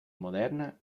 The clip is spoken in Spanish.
moderna